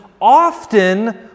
often